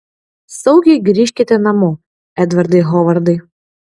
saugiai grįžkite namo edvardai hovardai